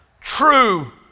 true